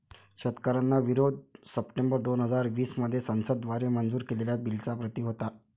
शेतकऱ्यांचा विरोध सप्टेंबर दोन हजार वीस मध्ये संसद द्वारे मंजूर केलेल्या बिलच्या प्रति होता